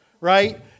right